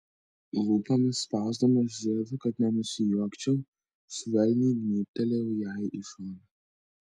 lūpomis spausdamas žiedą kad nesusijuokčiau švelniai gnybteliu jai į šoną